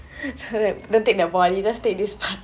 so that don't take the body just take this part